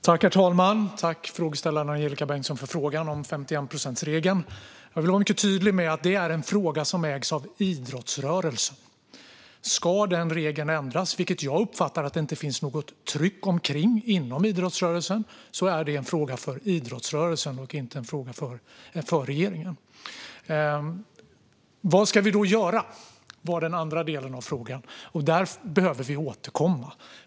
Herr talman! Tack, Angelica Bengtsson, för frågan om 51-procentsregeln! Jag vill vara mycket tydlig med att det är en fråga som ägs av idrottsrörelsen. Ska regeln ändras - jag uppfattar att det inte finns något tryck för detta inom idrottsrörelsen - är det en fråga för idrottsrörelsen och inte en fråga för regeringen. Vad ska vi då göra? Det var den andra delen av frågan, och där behöver vi återkomma.